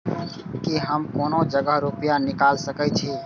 की हम कोनो जगह रूपया निकाल सके छी?